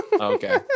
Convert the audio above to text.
okay